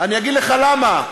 אגיד לך למה.